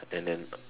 and then